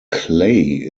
clay